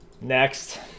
Next